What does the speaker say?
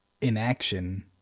inaction